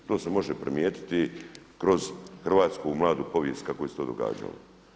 To se može primijetiti kroz hrvatsku mladu povijest kako se to događalo.